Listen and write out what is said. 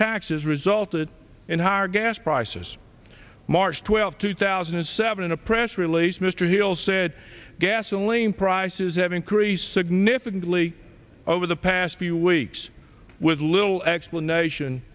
taxes resulted in higher gas prices march twelfth two thousand and seven in a press release mr hill said gasoline prices have increased significantly over the past few weeks with little explanation